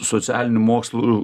socialinių mokslų